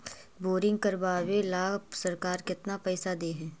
Boring करबाबे ल सरकार केतना पैसा दे है?